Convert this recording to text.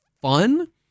fun